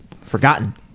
Forgotten